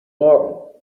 morgen